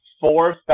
four